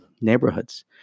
neighborhoods